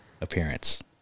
appearance